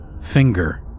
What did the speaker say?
finger